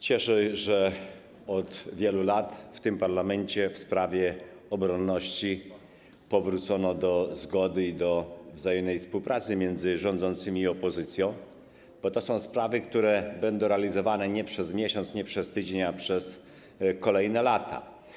Cieszy to, że od wielu lat w tym parlamencie w sprawie obronności jest zgoda, że powrócono do współpracy między rządzącymi i opozycją, bo to są sprawy, które będą realizowane nie przez miesiąc, nie przez tydzień, a przez kolejne lata.